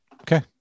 Okay